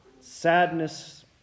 sadness